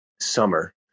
summer